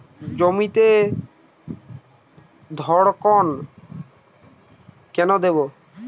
জমিতে ধড়কন কেন দেবো?